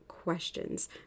questions